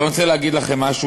אבל אני רוצה להגיד לכם משהו,